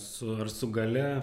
su ar su galia